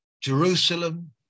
Jerusalem